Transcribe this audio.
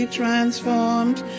transformed